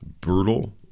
brutal